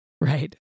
Right